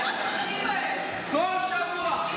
כל שבוע.